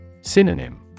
Synonym